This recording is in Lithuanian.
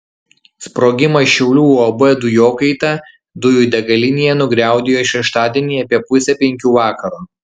sprogimas šiaulių uab dujokaita dujų degalinėje nugriaudėjo šeštadienį apie pusę penkių vakaro